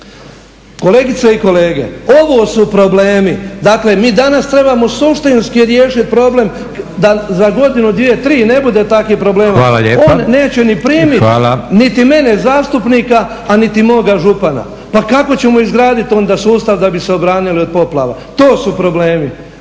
Kolegice i kolege, ovo su problemi. Dakle, mi danas trebamo suštinski riješiti problem da za godinu, dvije, tri ne bude takvih problema. On neće ni primiti niti mene zastupnika, a niti moga župana. Pa kako ćemo izgraditi onda sustav da bi se obranili od poplava? To su problemi,